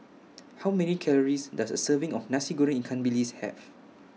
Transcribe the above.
How Many Calories Does A Serving of Nasi Goreng Ikan Bilis Have